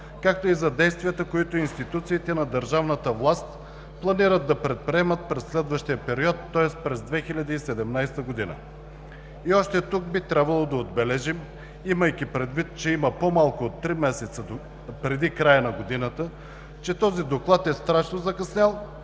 както и за действията, които институциите на държавната власт планират да предприемат през следващия период, тоест през 2017 г. Тук би трябвало да отбележим, имайки предвид че има по-малко от три месеца преди края на годината, че този Доклад е страшно закъснял